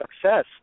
success